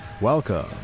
Welcome